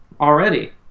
already